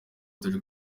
turi